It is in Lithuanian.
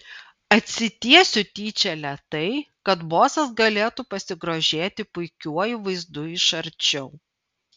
atsitiesiu tyčia lėtai kad bosas galėtų pasigrožėti puikiuoju vaizdu iš arčiau